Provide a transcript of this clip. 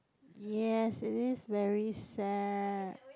yes it is very sad